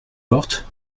portes